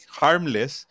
harmless